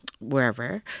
wherever